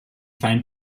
fein